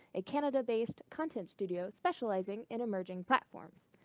a canada-based content studio specializing in emerging platforms.